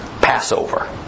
Passover